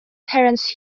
terence